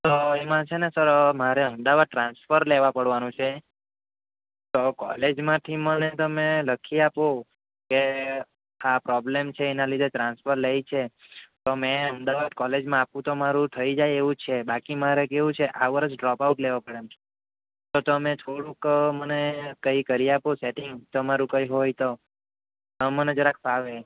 તો એમાં છે ને સર મારે અમદાવાદ ટ્રાન્સફર લેવા પડવાનું છે તો કોલેજમાંથી મને તમે લખી આપો કે આ પ્રોબ્લેમ છે તો એના લીધે ટ્રાન્સફર લે છે તો મેં અમદાવાદ કોલેજમાં આપું તો મારું થઈ જાય એવુ છે બાકી મારે કેવું છે આ વર્ષ ડ્રોપઆઉટ લેવો પડે એમ છે તો તમે થોડુંક મને કઈક કરી આપો સેટિંગ તમારું કઈ હોય તો મને જરાક ફાવે